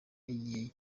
igihe